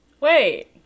Wait